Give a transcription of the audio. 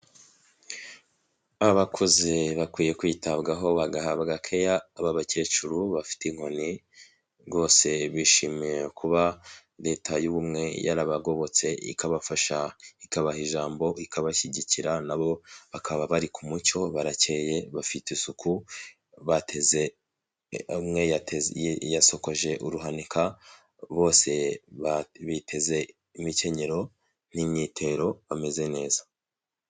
Abakuze bakwiye kwitabwaho bagahabwa care, aba bakecuru bafite inkoni rwose bishimiye kuba leta y'ubumwe yarabagobotse ikabafasha ikabaha ijambo ikabashyigikira nabo bakaba bari ku mucyo, barakeye bafite isuku bateze umwe yasokoje uruhanika bose biteze imikenyero n'imyitero bamezeze neza.